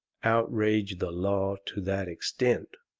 outrage the law to that extent.